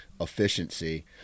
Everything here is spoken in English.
efficiency